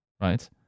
Right